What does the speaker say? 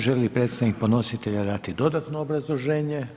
Želi li predstavnik podnositelja dati dodatno obrazloženje?